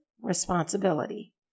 responsibility